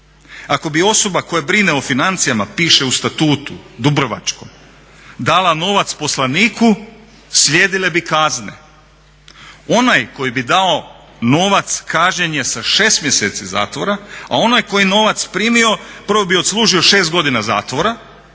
Ako bi osoba koja brine o financijama piše u Statutu Dubrovačkom dala novac poslaniku slijedile bi kazne. Onaj koji bi dao novac kažnjen je sa 6 mjeseci zatvora a onaj koji je novac primio prvo bi odslužio 6 godina zatvora,